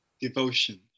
Devotion